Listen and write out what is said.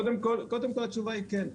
קודם כול, התשובה היא כן.